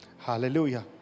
Hallelujah